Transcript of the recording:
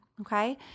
Okay